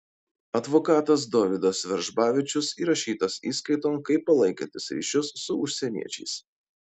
advokatas dovydas veržbavičius įrašytas įskaiton kaip palaikantis ryšius su užsieniečiais